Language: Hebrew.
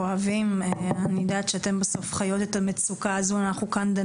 היום אתה אומר בכיף, אני מת לשמוע אותך אז באמצע